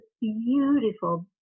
beautiful